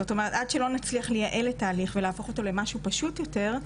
זאת אומרת עד שלא נצליח לייעל את ההליך ולהפוך אותו למשהו פשוט יותר.